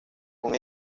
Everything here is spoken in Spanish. con